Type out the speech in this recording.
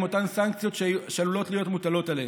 אותן סנקציות שעלולות להיות מוטלות עליהם.